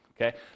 okay